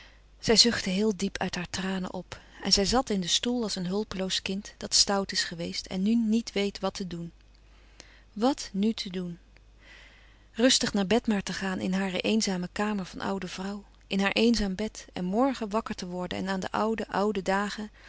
zij zuchtte heel diep uit haar tranen op en zij zat in den stoel als een hulpeloos kind dat stout is geweest en nu niet weet wat te doen wat nu te doen rustig naar bed maar te gaan in hare eenzame kamer van oude vrouw in haar eenzaam bed en morgen wakker te worden en aan de oude oude dagen